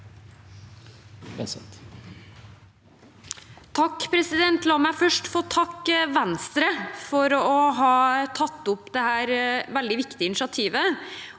(H) La meg først få takke Venstre for å ha tatt opp dette veldig viktige initiativet.